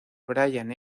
brian